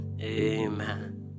Amen